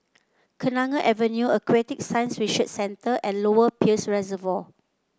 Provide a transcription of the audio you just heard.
Kenanga Avenue Aquatic Science Research Center and Lower Peirce Reservoir